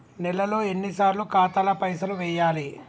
నెలలో ఎన్నిసార్లు ఖాతాల పైసలు వెయ్యాలి?